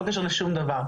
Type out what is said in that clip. לא קשר לשום דבר.